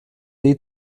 dei